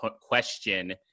question